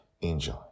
enjoy